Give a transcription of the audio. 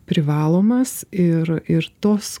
privalomas ir ir tos